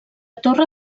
torre